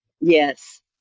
Yes